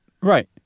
Right